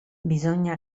bisogna